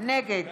נגד